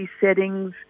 settings